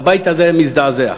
הבית הזה היה מזדעזע.